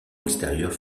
extérieure